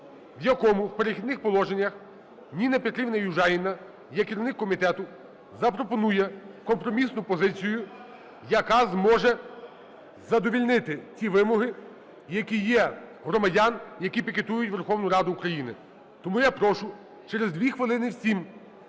в якому в "Перехідних положеннях" Ніна Петрівна Южаніна як керівник комітету запропонує компромісну позицію, яка зможе задовільнити ті вимоги, які є у громадян, які пікетують Верховну Раду України. Тому я прошу через дві хвилини всім